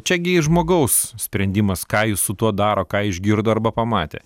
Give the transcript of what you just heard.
čia gi žmogaus sprendimas ką jis su tuo daro ką išgirdo arba pamatė